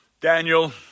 Daniel